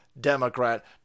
Democrat